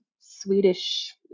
swedish